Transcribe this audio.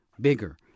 bigger